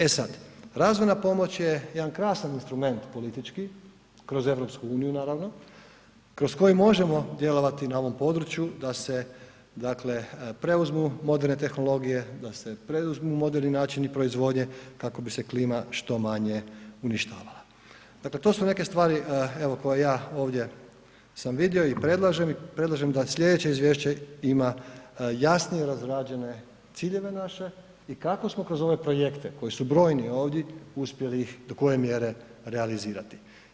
E sad, razvojna pomoć je jedan krasan instrument politički kroz EU naravno, kroz koji možemo djelovati na ovom području da se dakle preuzmu moderne tehnologije, da se preuzmu moderni načini proizvodnje kako bi se klima što manje uništavala, dakle to su neke stvari evo koje ja ovdje sam vidio i predlažem i predlažem da slijedeće izvješće ima jasnije razrađene ciljeve naše i kako smo kroz ove projekte koji su brojni ovdi uspjeli ih do koje mjere realizirati.